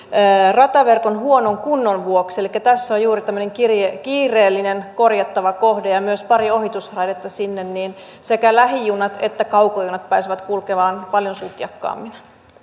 rataverkon huonon kunnon vuoksi elikkä tässä on juuri tämmöinen kiireellinen korjattava kohde ja myös pari ohitusraidetta sinne niin sekä lähijunat että kaukojunat pääsevät kulkemaan paljon sutjakkaammin